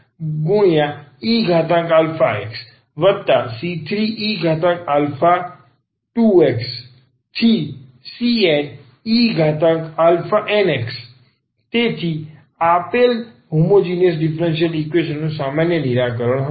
તેથી yc1c2xeαxc3e3xcnenx તેથી તે આપેલ હોમોજીનીયસ ડીફરન્સીયલ ઈક્વેશન નું સામાન્ય નિરાકરણ હશે